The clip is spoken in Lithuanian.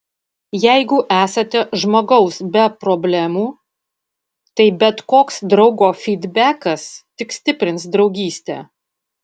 jeigu esate žmogaus be problemų tai bet koks draugo fydbekas tik stiprins draugystę